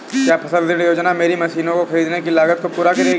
क्या फसल ऋण योजना मेरी मशीनों को ख़रीदने की लागत को पूरा करेगी?